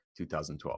2012